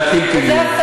זה יאיר לפיד,